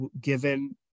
given